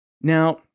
Now